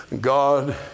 God